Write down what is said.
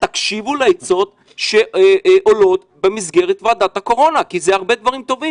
תקשיבו לעצות שעולות במסגרת ועדת הקורונה כי זה הרבה דברים טובים